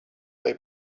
they